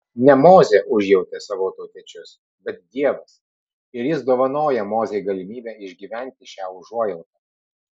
ne mozė užjautė savo tautiečius bet dievas ir jis dovanoja mozei galimybę išgyventi šią užuojautą